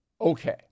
Okay